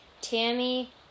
Tammy